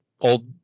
old